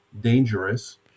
dangerous